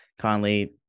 Conley